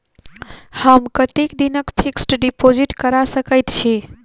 हम कतेक दिनक फिक्स्ड डिपोजिट करा सकैत छी?